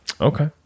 okay